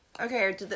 okay